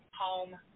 home